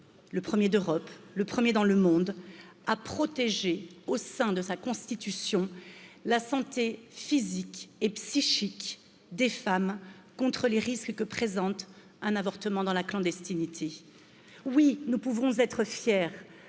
le 1ᵉʳ d'europe, le 1ᵉʳ dans le monde à protéger, au sein de sa constitution la santé physique et psychique des femmes contre les risques que présente un avortement dans la clandestinité. Oui, nous pouvons être fiers